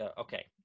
okay